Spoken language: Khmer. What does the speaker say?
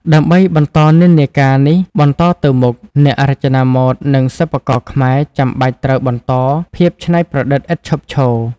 ដើម្បីបន្តនិន្នាការនេះបន្តទៅមុខ អ្នករចនាម៉ូដ និងសិប្បករខ្មែរចាំបាច់ត្រូវបន្ត ភាពច្នៃប្រឌិតឥតឈប់ឈរ ។